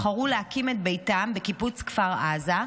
בחרו להקים את ביתם בקיבוץ כפר עזה,